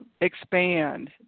expand